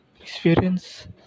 experience